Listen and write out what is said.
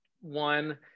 one